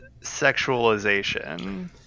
sexualization